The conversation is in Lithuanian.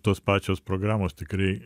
tos pačios programos tikrai